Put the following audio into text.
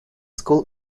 school